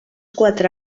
quatre